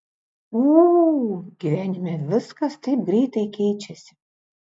ū gyvenime viskas taip greitai keičiasi